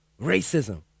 racism